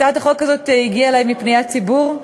הצעת החוק הזאת הגיעה אלי כפניית ציבור,